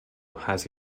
has